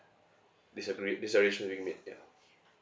this agree~ this arrangement being made ya